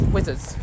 Wizards